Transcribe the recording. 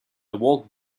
walked